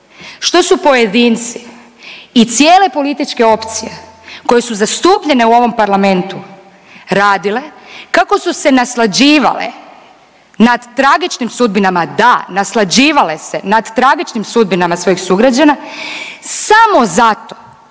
što su pojedinci i cijele političke opcije koji su zastupljene u ovom parlamentu radile, kako su se naslađivale nad tragičnim sudbinama, da, naslađivale se nad tragičnim sudbinama svojih sugrađana samo zato